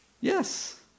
Yes